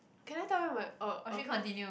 can I tell you my orh okay